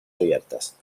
abiertas